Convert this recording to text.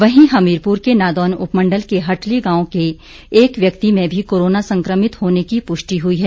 वहीं हमीरपुर के नादौन उपमंडल के हटली गांव के एक व्यक्ति में भी कोरोना संकमित होने की पुष्टि हुई है